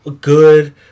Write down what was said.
good